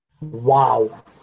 Wow